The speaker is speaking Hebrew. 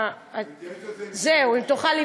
אני מתייעץ על זה עם שלי עכשיו.